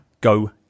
Go